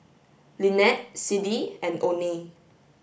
Lynette Siddie and Oney